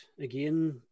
again